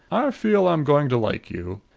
i feel i'm going to like you.